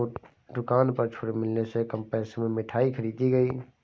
दुकान पर छूट मिलने से कम पैसे में मिठाई खरीदी गई